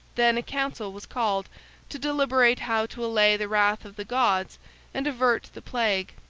then a council was called to deliberate how to allay the wrath of the gods and avert the plague.